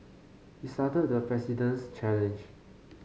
he started the President's challenge